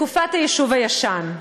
בתקופת היישוב הישן.